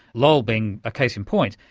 lol being a case in point,